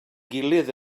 gilydd